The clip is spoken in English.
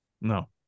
no